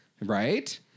Right